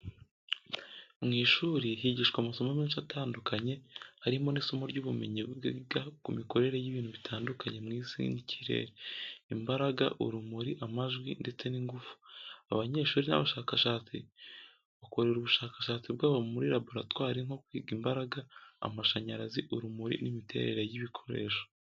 Mu ishuri higishwa amasomo menshi atandukanye harimo n'isomo ry'ubumenyi bwiga ku mikorere y'ibintu bitandukanye mu isi n'ikirere, imbaraga, urumuri, amajwi, ndetse n'ingufu. Abanyeshuri n'abashakashatsi bakorera ubushakashatsi bwabo muri laboratwari nko kwiga imbaraga, amashanyarazi, urumuri n'imiterere y'ibikoresho.